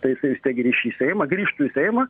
tai jisai vis tiek grįš į seimą grįžtų į seimą